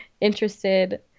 interested